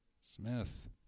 Smith